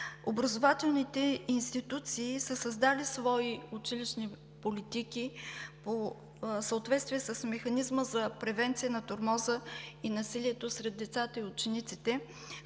Образователните институции са създали свои училищни политики в съответствие с Механизма за противодействие на тормоза и насилието сред децата и учениците,